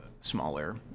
smaller